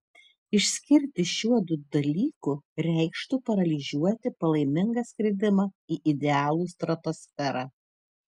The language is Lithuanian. išskirti šiuodu dalyku reikštų paralyžiuoti palaimingą skridimą į idealų stratosferą